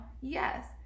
yes